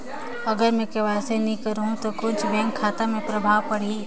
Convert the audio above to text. अगर मे के.वाई.सी नी कराहू तो कुछ बैंक खाता मे प्रभाव पढ़ी?